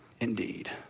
indeed